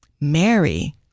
Mary